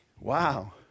Wow